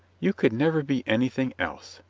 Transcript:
you could never be anything else,